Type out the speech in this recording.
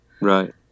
Right